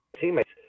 teammates